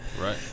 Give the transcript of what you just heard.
right